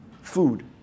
food